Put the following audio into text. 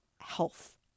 health